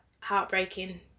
heartbreaking